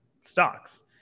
stocks